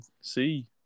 see